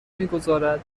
میگذارد